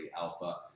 Alpha